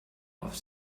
auf